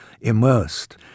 immersed